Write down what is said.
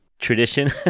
tradition